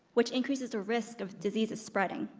which increases the risk of diseases spreading.